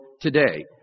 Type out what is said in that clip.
today